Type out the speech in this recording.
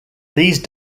these